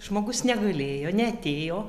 žmogus negalėjo neatėjo